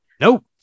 Nope